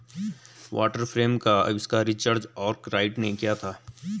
water frame का आविष्कार Richard Arkwright ने किया था